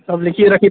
सभु लिखी रखी